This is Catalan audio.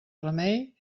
remei